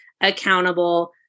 accountable